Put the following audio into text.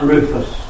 Rufus